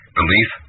Belief